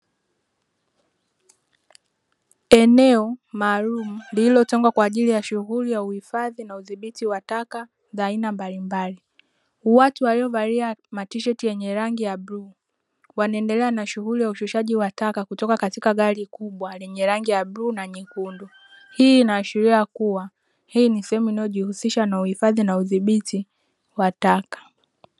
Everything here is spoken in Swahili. Eneo maalumu lililotengwa kwa ajili ya shughuli za uhifadhi na udhibiti wa taka za aina mbalimbali. Watu waliovalia matisheti yenye rangi ya bluu, wanaendelea na shughuli ya ushushaji wa taka kutoka katika gari kubwa lenye rangi ya bluu na nyekundu. Hii inaashiria kuwa hii ni sehemu inayojihusisha na uhifadhi na udhibiti wa taka.